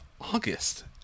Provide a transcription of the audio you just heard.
August